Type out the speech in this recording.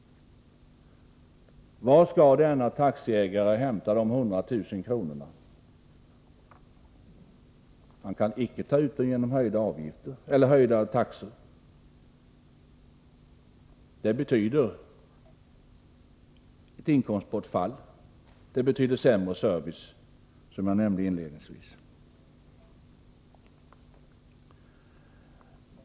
Var skall denne taxiägare hämta de 100 000 kronorna? Han kan icke ta ut dem genom höjda taxor. Det betyder inkomstbortfall och sämre service, som jag inledningsvis nämnde.